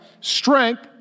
Strength